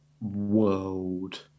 World